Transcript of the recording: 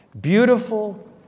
Beautiful